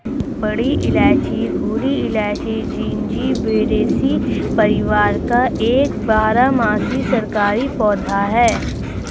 बड़ी इलायची भूरी इलायची, जिंजिबेरेसी परिवार का एक बारहमासी शाकाहारी पौधा है